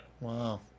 Wow